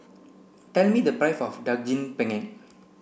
tell me the price of Daging Penyet